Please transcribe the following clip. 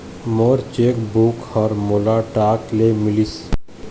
मोर cheque book ह मोला डाक ले मिलिस